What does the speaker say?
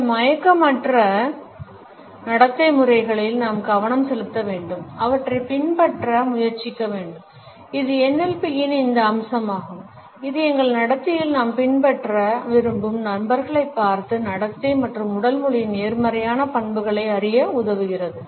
இந்த மயக்கமற்ற நடத்தை முறைகளில் நாம் கவனம் செலுத்த வேண்டும் அவற்றைப் பின்பற்ற முயற்சிக்க வேண்டும் இது என்எல்பியின் இந்த அம்சமாகும் இது எங்கள் நடத்தையில் நாம் பின்பற்ற விரும்பும் நபர்களைப் பார்த்து நடத்தை மற்றும் உடல் மொழியின் நேர்மறையான பண்புகளை அறிய உதவுகிறது